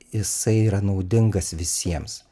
jisai yra naudingas visiems